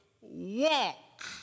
walk